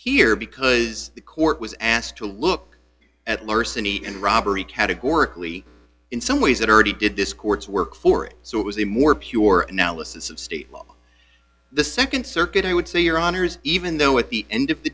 here because the court was asked to look at learn any and robbery categorically in some ways that already did this court's work for it so it was a more pure analysis of state law the nd circuit i would say your honors even though at the end of the